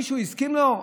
מישהו הסכים לו?